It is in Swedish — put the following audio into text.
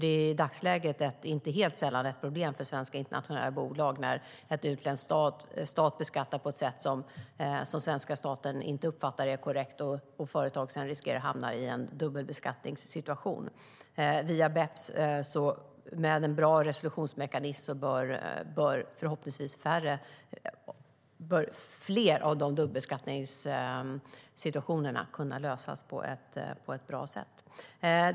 Det är i dagsläget inte helt sällan ett problem för svenska internationella bolag när en utländsk stat beskattar på ett sätt som svenska staten inte uppfattar är korrekt och företag riskerar att hamna i en dubbelbeskattningssituation. Med en bra resolutionsmekanism via BEPS bör förhoppningsvis fler av de dubbelbeskattningssituationerna kunna lösas på ett bra sätt.